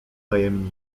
tajem